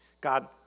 God